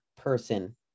person